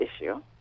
issue